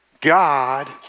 God